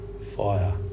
fire